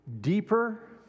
deeper